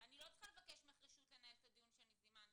אני לא צריכה לבקש ממך רשות לנהל את הדיון שאני זימנתי,